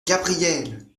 gabrielle